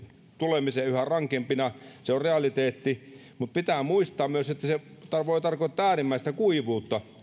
tulemiseen yhä rankempina se on realiteetti mutta pitää muistaa myös että se voi tarkoittaa äärimmäistä kuivuutta